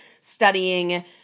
studying